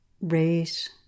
race